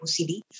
OCD